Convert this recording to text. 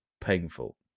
painful